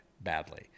badly